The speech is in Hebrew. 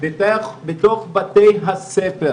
בתוך בתי הספר